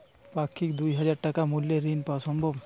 পাক্ষিক দুই হাজার টাকা মূল্যের ঋণ পাওয়া সম্ভব?